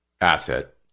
asset